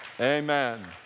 Amen